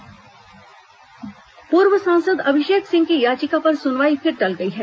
बिलासपुर अभिषेक सिंह पूर्व सांसद अभिषेक सिंह की याचिका पर सुनवाई फिर टल गई है